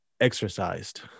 exercised